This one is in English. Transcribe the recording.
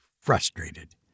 frustrated